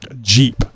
Jeep